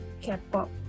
k-pop